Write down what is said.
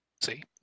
see